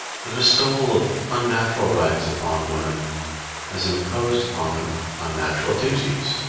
the bestowal of unnatural rights upon women has imposed upon them unnatural duties,